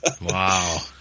Wow